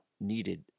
needed